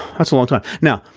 that's a long time. now,